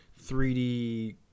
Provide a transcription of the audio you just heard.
3d